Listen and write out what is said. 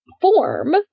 form